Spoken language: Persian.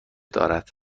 دارد